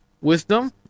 wisdom